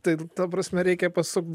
tai ta prasme reikia pasukt